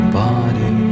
body